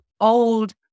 old